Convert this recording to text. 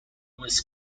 was